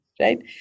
right